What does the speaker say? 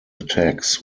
attacks